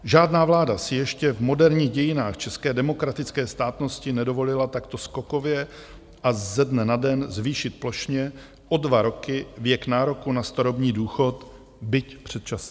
Žádná vláda si ještě v moderních dějinách české demokratické státnosti nedovolila takto skokově a ze dne na den zvýšit plošně o dva roky věk nároku na starobní důchod, byť předčasný.